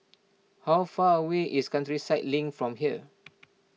how far away is Countryside Link from here